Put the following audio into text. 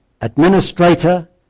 administrator